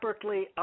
separately